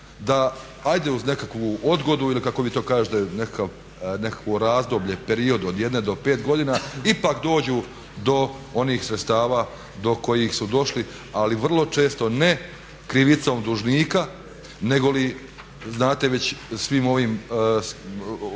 da hajde uz nekakvu odgodu ili kako vi to kažete nekakvo razdoblje, period od jedne do pet godina ipak dođu do onih sredstava do kojih su došli, ali vrlo često ne krivicom dužnika, negoli znate već svim ovim i